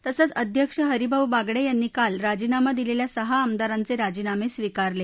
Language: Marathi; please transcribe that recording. तसंच अध्यक्ष हरीभाऊ बागडे यांनी काल राजीनामा दिलेल्या सहा आमदारांचे राजीनामे स्वीकारले